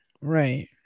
right